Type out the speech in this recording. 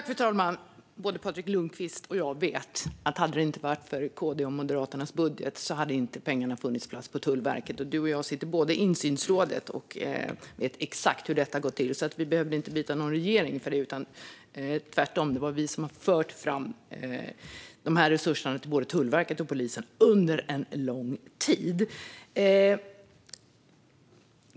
Fru talman! Både Patrik Lundqvist och jag vet att pengarna inte hade funnits på plats på Tullverket om det inte hade varit för KD:s och Moderaternas budget. Patrik Lundqvist och jag sitter båda i insynsrådet och vet exakt hur detta har gått till. Det behövdes alltså inget byte av regering för detta, utan tvärtom har vi fört fram resurserna till både Tullverket och polisen under lång tid.